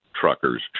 truckers